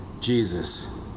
Jesus